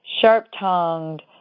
sharp-tongued